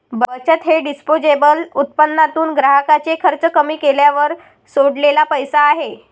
बचत हे डिस्पोजेबल उत्पन्नातून ग्राहकाचे खर्च कमी केल्यावर सोडलेला पैसा आहे